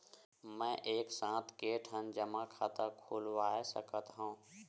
मैं एक साथ के ठन जमा खाता खुलवाय सकथव?